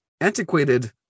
antiquated